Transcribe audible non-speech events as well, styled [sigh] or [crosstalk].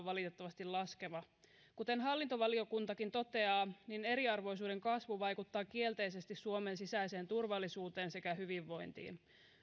[unintelligible] valitettavasti laskeva kuten hallintovaliokuntakin toteaa eriarvoisuuden kasvu vaikuttaa kielteisesti suomen sisäiseen turvallisuuteen sekä hyvinvointiin